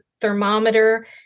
thermometer